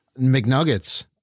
McNuggets